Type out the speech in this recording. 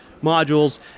modules